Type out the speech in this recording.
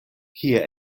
kie